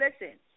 Listen